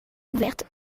ouvertes